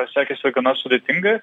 sekėsi gana sudėtingai